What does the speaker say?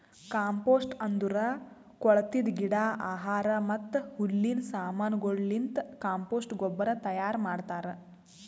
compost ಅಂದುರ್ ಕೊಳತಿದ್ ಗಿಡ, ಆಹಾರ ಮತ್ತ ಹುಲ್ಲಿನ ಸಮಾನಗೊಳಲಿಂತ್ ಕಾಂಪೋಸ್ಟ್ ಗೊಬ್ಬರ ತೈಯಾರ್ ಮಾಡ್ತಾರ್